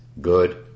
good